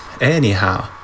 Anyhow